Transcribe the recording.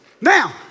Now